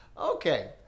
Okay